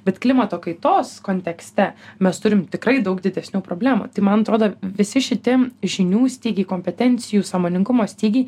bet klimato kaitos kontekste mes turim tikrai daug didesnių problemų tai man atrodo visi šitie žinių stygiai kompetencijų sąmoningumo stygiai